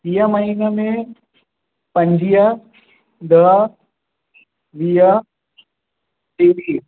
ईअं महीने में पंजुवीहु ॾह वीह टेवीह